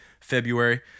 February